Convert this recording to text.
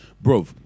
Bro